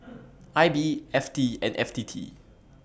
I B F T and F T T